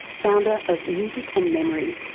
founder of music and memory.